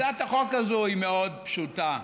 הצעת החוק הזאת היא מאוד פשוטה,